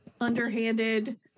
underhanded